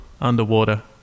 underwater